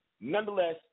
nonetheless